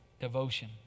devotion